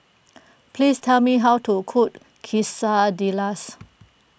please tell me how to cook Quesadillas